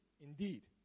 Indeed